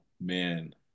man